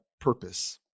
purpose